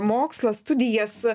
mokslą studijas